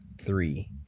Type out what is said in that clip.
three